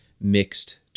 mixed